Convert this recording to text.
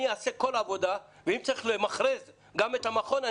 אני אעשה כל עבודה ואם צריך למכרז את המכון,